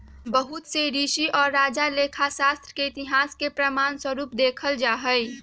बहुत से ऋषि और राजा लेखा शास्त्र के इतिहास के प्रमाण स्वरूप देखल जाहई